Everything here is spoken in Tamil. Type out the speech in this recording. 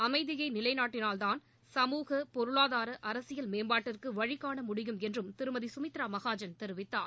அமைதியை நிலைநாட்டினால்தான் சமூக பொருளாதார அரசியல் மேம்பாட்டிற்கு வழிகாண முடியும் என்றும் திருமதி சுமித்ரா மகாஜன் தெரிவித்தார்